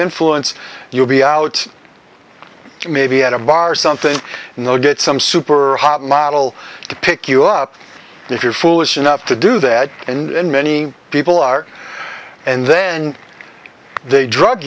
influence you'll be out maybe at a bar or something and they'll get some super model to pick you up if you're foolish enough to do that and many people are and then they drug